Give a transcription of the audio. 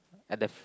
at the